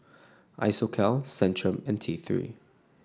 Isocal Centrum and T Three